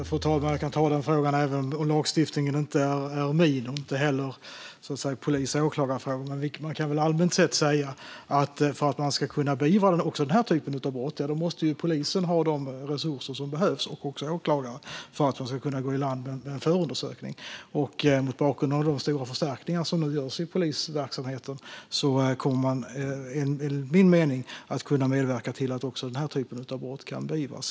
Fru talman! Jag kan ta den frågan även om lagstiftningen inte är min, och inte heller polis och åklagarfrågorna. Man kan väl allmänt sett säga att polis och åklagare måste ha de resurser som behövs för att kunna beivra också den här typen av brott och gå i land med en förundersökning. Mot bakgrund av de stora förstärkningar av polisverksamheten som nu görs kommer man enligt min mening att kunna medverka till att även den här typen av brott kan beivras.